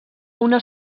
una